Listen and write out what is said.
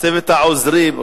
צוות העוזרים,